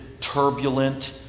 turbulent